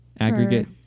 Aggregate